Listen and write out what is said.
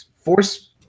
Force